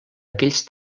aquells